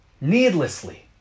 needlessly